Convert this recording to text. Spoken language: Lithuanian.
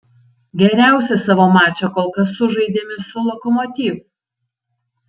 geriausią savo mačą kol kas sužaidėme su lokomotiv